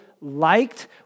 liked